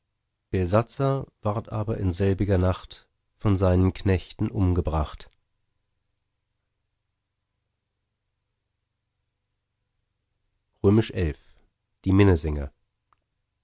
belsazar ward aber in selbiger nacht von seinen knechten umgebracht xi die minnesänger